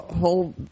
whole